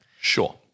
Sure